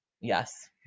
yes